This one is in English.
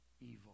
evil